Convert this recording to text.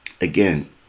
Again